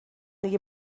دیگه